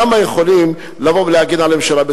כמה יכולים לבוא ולהגן על הממשלה.